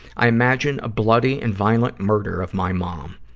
i imagine a bloody and violent murder of my mom.